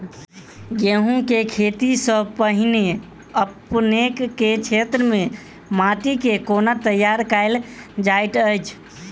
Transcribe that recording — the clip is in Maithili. गेंहूँ केँ खेती सँ पहिने अपनेक केँ क्षेत्र मे माटि केँ कोना तैयार काल जाइत अछि?